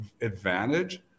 advantage